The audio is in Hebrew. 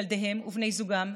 ילדיהם ובני זוגם,